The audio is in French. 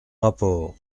rapport